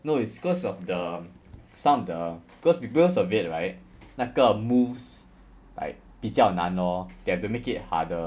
no it's because of the some of the cause because of it right 那个 moves like 比较难 lor they have to make it harder